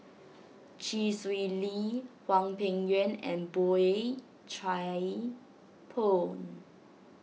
Chee Swee Lee Hwang Peng Yuan and Boey Chuan Poh